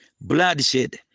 bloodshed